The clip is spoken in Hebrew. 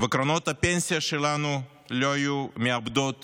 וקרנות הפנסיה שלנו לא היו מאבדות